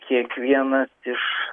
kiekvienas iš